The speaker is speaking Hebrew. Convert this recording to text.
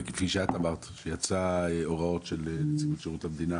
כפי שאת אמרת, יצאו הוראות של נציבות שירות המדינה